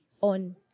on